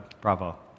bravo